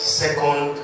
second